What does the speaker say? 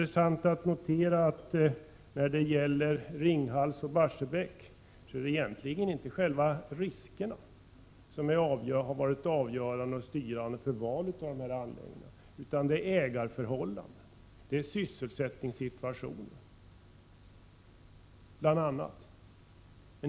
Beträffande Ringhals och Barsebäck är det intressant att notera att det egentligen inte är själva riskerna som har varit avgörande för valet av anläggning utan ägarförhållanden, sysselsättningssituation etc.